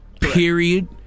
period